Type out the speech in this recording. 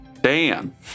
Dan